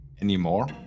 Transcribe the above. anymore